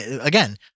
again